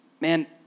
Man